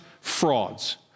frauds